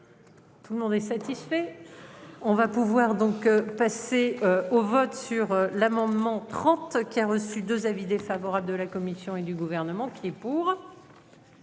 Tout le monde est satisfait. On va pouvoir donc passer au vote sur l'amendement. Qui a reçu 2 avis défavorable de la Commission et du gouvernement. Et pour.